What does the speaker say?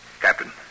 Captain